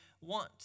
want